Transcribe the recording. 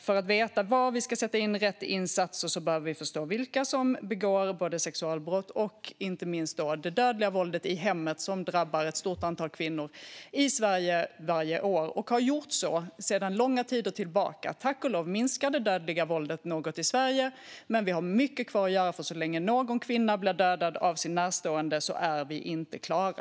För att veta var vi ska sätta in rätt insatser behöver vi förstå vilka som begår sexualbrott och inte minst det dödliga våldet i hemmet som drabbar ett stort antal kvinnor i Sverige varje år och har gjort så sedan långa tider tillbaka. Tack och lov minskar det dödliga våldet i Sverige, men vi har mycket kvar att göra. För så länge någon kvinna blir dödad av sin närstående är vi inte klara.